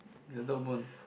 it's a dog bone